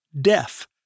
deaf